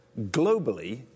globally